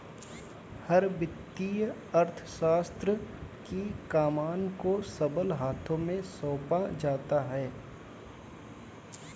हर वित्तीय अर्थशास्त्र की कमान को सबल हाथों में सौंपा जाता है